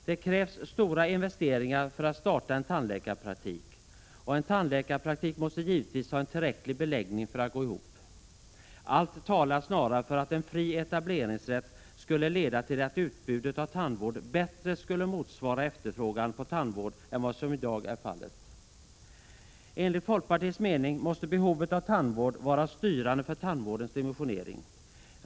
Det krävs stora investeringar för att starta en tandläkarpraktik, och en tandläkarpraktik måste givetvis ha en tillräcklig beläggning för att gå ihop. Allt talar snarare för att en fri etableringsrätt skulle leda till att utbudet av tandvård bättre skulle motsvara efterfrågan på tandvård än vad som i dag är fallet. Enligt folkpartiets mening måste behovet av tandvård vara styrande för tandvårdens dimensionering.